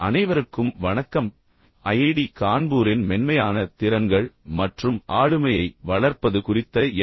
அனைவருக்கும் வணக்கம் ஐஐடி கான்பூரின் மென்மையான திறன்கள் மற்றும் ஆளுமையை வளர்ப்பது குறித்த என்